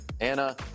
Anna